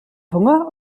hunger